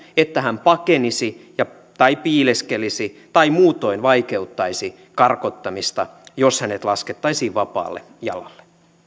että hän pakenisi piileskelisi tai muutoin vaikeuttaisi karkottamista jos hänet laskettaisiin vapaalle jalalle